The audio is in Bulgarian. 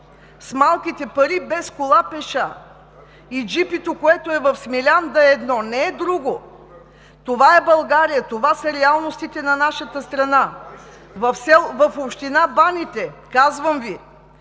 С малките пари, без кола – пеша. И джипито, което е в Смилян, да е едно. Това е България. Това са реалностите на нашата страна. В община Баните, Давидково,